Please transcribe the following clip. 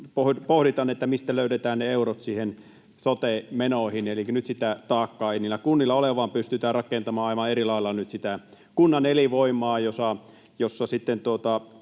pohditaan, mistä löydetään ne eurot sote-menoihin. Elikkä nyt sitä taakkaa ei niillä kunnilla ole, vaan pystytään rakentamaan aivan eri lailla nyt sitä kunnan elinvoimaa, jossa yhteistyö